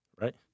right